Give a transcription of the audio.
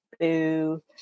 boo